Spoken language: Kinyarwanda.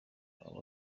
abo